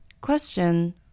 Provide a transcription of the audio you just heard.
Question